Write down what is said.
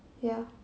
ya